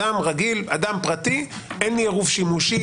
לגבי אדם פרטי - אין לי עירוב שימושים.